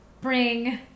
bring